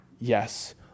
yes